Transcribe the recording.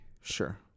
Sure